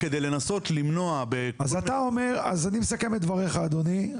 כדי לנסות למנוע.- אז אני מסכם את דברייך אדוני,